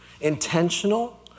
intentional